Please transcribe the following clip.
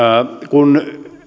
kun